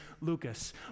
Lucas